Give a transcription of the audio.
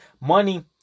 money